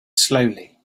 slowly